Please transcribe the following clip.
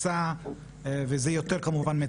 וזה לא אותו מצב.